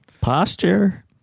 Posture